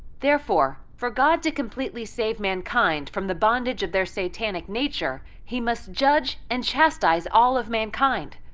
therefore, for god to completely save mankind from the bondage of their satanic nature, he must judge and chastise all of mankind.